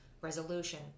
resolution